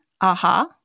AHA